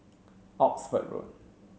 Oxford Road